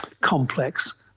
complex